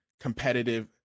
competitive